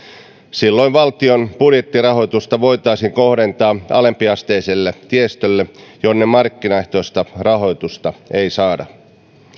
silloin valtion budjettirahoitusta voitaisiin kohdentaa alempiasteiselle tiestölle jonne markkinaehtoista rahoitusta ei saada